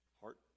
Heart